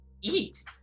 eat